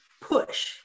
push